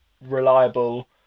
reliable